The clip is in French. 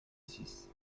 six